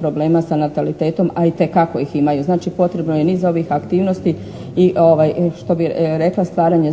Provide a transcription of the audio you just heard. problema sa natalitetom, a itekako ih imaju. Znači potrebno je niz ovih aktivnosti i što bi rekla staranje, znači